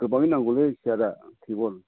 गोबांआनो नांगौलै सियारा टेबोल